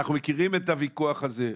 -- אנחנו מכירים את הוויכוח הזה,